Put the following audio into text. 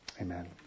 amen